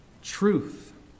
truth